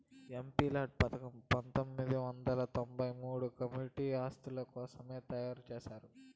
MPLADS పథకం పంతొమ్మిది వందల తొంబై మూడుల కమ్యూనిటీ ఆస్తుల కోసరమే తయారు చేశారు